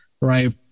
right